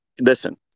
Listen